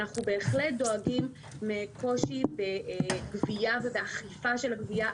אנחנו בהחלט דואגים מקושי בגבייה ובאכיפה של הגבייה,